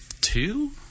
two